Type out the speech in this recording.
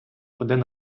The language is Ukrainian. один